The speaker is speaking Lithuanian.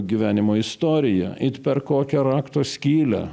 gyvenimo istorija it per kokią rakto skylę